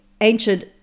ancient